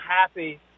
happy